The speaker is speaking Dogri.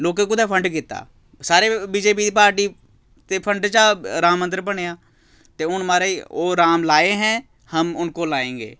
लोकें कुतै फंड कीता सारे बी जे पी दी पार्टी ते फंड चा राम मंदर बनेआ ते हून महाराज ओह् राम लाएं हे हम उनको लाए गें